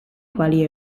quali